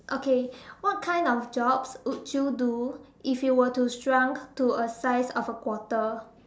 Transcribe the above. okay what kind of jobs would you do if you were to shrunk to a size of a quarter